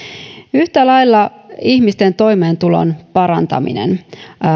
yhtä lailla ihmisten toimeentulon parantaminen